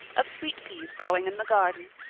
of sweet peas growing in the garden,